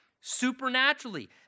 supernaturally